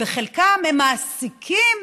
בחלקם הם מעסיקים